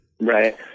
Right